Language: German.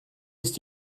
ist